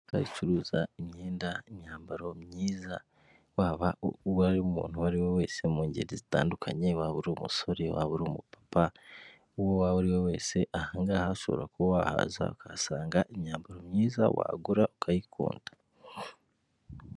Ukayicuruza imyenda imyambaro myiza waba uwari umuntu uwo ari we wese mu ngeri zitandukanye wabura umusore wababura umupapa uwo ari we wese ahangaha ashobora kuhaza akahasanga imyambaro myiza wagura ukayikunda.